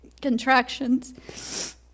contractions